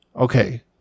Okay